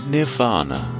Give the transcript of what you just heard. Nirvana